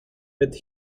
with